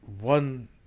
one